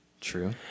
True